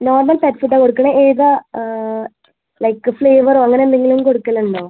normal pet food ആണ് കൊടുക്കുന്നത് ഏതാണ് ലൈക്ക് ഫ്ലേവറോ അങ്ങനെ എന്തെങ്കിലും കൊടുക്കലുണ്ടോ